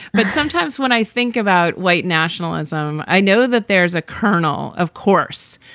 but sometimes when i think about white nationalism, i know that there's a kernel, of course,